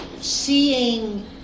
seeing